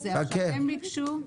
חכה.